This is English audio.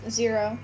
zero